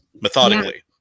methodically